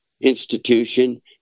institution